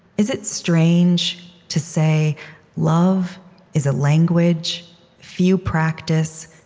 is it strange to say love is a language few practice,